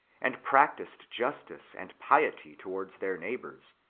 and practised justice and piety towards their neighbours,